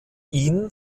ihn